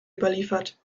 überliefert